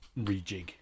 rejig